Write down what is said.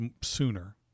sooner